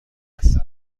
است